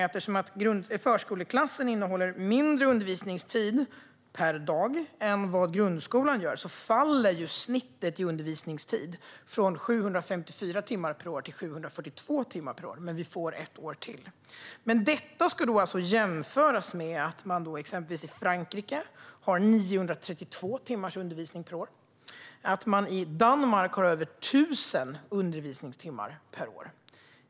Eftersom förskoleklassen har mindre undervisningstid per dag faller dessutom snittet i undervisningstid från 754 timmar per år till 742 timmar per år, men vi får alltså ett år till. Detta ska jämföras med att man i Frankrike har 932 timmars undervisning per år och i Danmark över 1 000 undervisningstimmar per år.